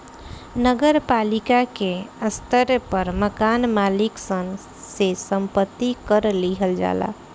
नगर पालिका के स्तर पर मकान मालिक सन से संपत्ति कर लिहल जाला